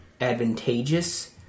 advantageous